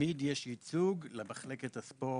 תמיד יש ייצוג למחלקת הספורט,